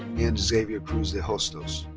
and xavier cruz de hostos.